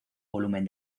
volumen